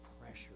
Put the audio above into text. pressure